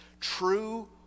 True